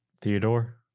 Theodore